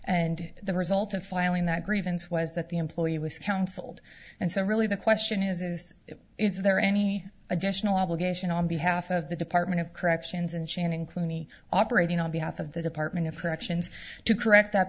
and the result of filing that grievance was that the employee was counseled and so really the question is is it is there any additional obligation on behalf of the department of corrections and chairman cluny operating on behalf of the department of corrections to correct that